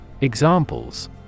Examples